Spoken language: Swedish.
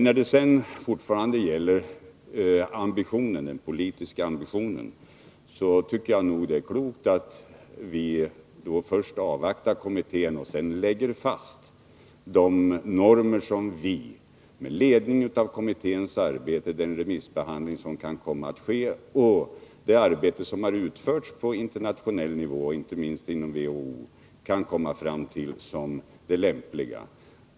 När det sedan gäller den politiska ambitionen tycker jag att det är klokt att vi först avvaktar kommitténs yttrande och sedan lägger fast de normer som vi, med ledning av kommitténs arbete, den remissbehandling som kan äga rum och det arbete som har utförts på internationell nivå — inte minst inom WHO - kan konstatera är de mest lämpliga.